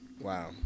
Wow